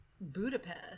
Budapest